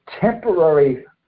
temporary